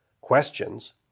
questions